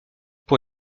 pour